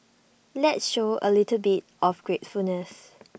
let's show A little bit of gratefulness